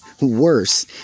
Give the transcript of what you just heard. Worse